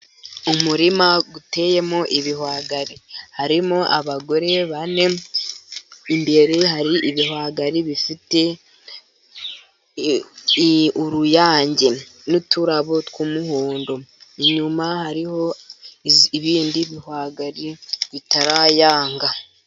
Umurima uteyemo ibihwagari harimo abagore bane, imbere hari ibihwagari bifite uruyange n'uturabo tw'umuhondo , inyuma hariho ibindi bihwagari bitarayanga.